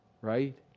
right